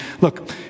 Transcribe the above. look